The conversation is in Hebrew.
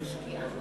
עם השקיעה?